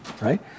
right